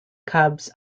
cubs